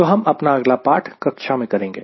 तो हम अपना अगला पाठ कक्षा में करेंगे